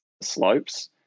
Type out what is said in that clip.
slopes